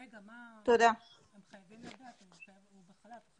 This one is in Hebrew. רגע, אנחנו חייבים לדעת, הוא בחל"ת.